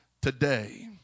today